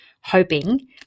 hoping